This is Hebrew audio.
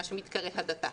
מה שמתקרא הדתה,